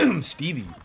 Stevie